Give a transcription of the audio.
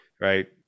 Right